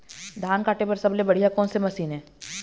धान काटे बर सबले बढ़िया कोन से मशीन हे?